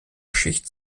schicht